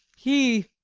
he,